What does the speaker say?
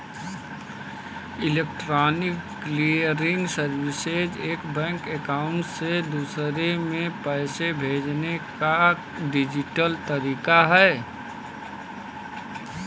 electronic clearing services एक bank account से दूसरे में पैसे भेजने का डिजिटल तरीका है